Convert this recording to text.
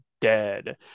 dead